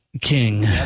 king